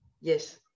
Yes